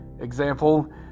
example